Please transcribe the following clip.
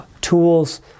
tools